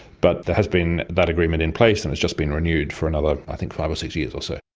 but there has been that agreement in place and it's just been renewed for another i think five or six years or so.